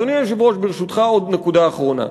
אדוני היושב-ראש, ברשותך, עוד נקודה אחרונה.